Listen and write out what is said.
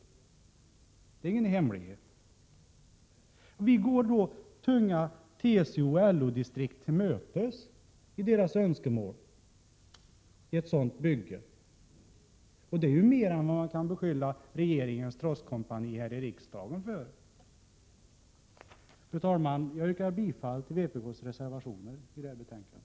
Det är ingen hemlighet. Vi går då tunga TCO och LO-distrikt till mötes i deras önskemål om ett sådant bygge. Det är mer än vad man kan beskylla regeringens trosskompani här i riksdagen för. Fru talman! Jag yrkar bifall till vpk:s reservationer i detta betänkande.